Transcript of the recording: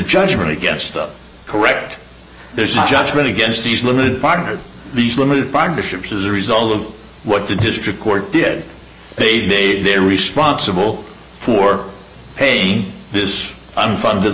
judgment against the correct there's no judgment against these limited partners these limited partnerships as a result of what the district court did they they're responsible for paying this unfunded